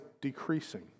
decreasing